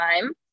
time